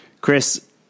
Chris